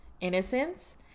innocence